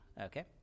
Okay